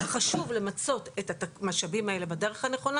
וחשוב למצות את המשאבים האלה בדרך הנכונה